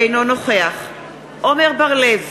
אינו נוכח עמר בר-לב,